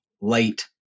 late